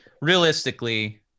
Realistically